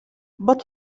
but